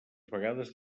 vegades